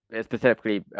specifically